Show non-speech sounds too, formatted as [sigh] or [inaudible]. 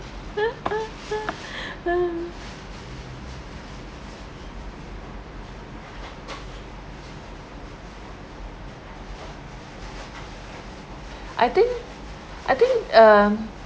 [laughs] [laughs] I think I think err